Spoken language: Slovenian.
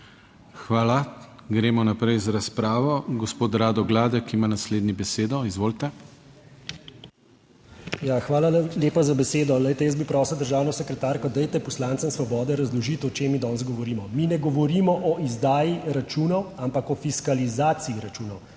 Hvala. Gremo naprej z razpravo. Gospod Rado Gladek ima naslednji besedo. Izvolite. **RADO GLADEK (PS SDS):** Ja, hvala lepa za besedo! Glejte, jaz bi prosil državno sekretarko, dajte poslancem Svobode razložiti o čem mi danes govorimo. Mi ne govorimo o izdaji računov, ampak o fiskalizaciji računov.